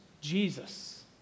Jesus